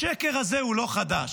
השקר הזה הוא לא חדש.